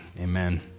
amen